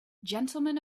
gentlemen